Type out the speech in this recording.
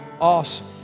Awesome